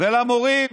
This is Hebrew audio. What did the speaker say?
ולמורים